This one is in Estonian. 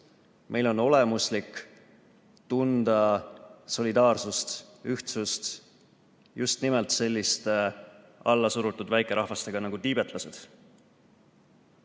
jne, tunda solidaarsust, ühtsust just nimelt selliste allasurutud väikerahvastega nagu tiibetlased.